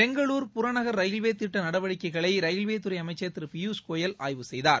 பெங்களூர் புறநகர் ரயில்வே திட்ட நடவடிக்கைகளை ரயில்வே துறை அமைச்சர் திரு பியூஷ் கோயல் ஆய்வு செய்தார்